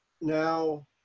Now